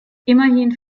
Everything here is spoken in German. immerhin